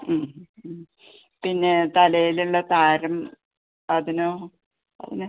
ഉം ഉം പിന്നെ തലയിലുള്ള താരൻ അതിനോ അതിന്